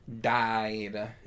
died